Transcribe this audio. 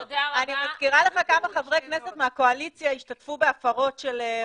אני מזכירה לך כמה חברי כנסת מהקואליציה השתתפו בהפרות של אירועים,